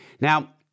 Now